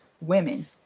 women